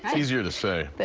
and easier to say.